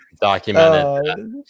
documented